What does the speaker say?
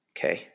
Okay